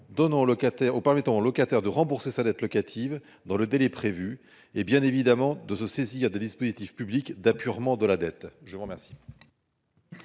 locataires permettant au locataire de rembourser sa dette locative dans le délai prévu et bien évidemment de se saisir de dispositifs publics d'apurement de la dette. Je vous remercie.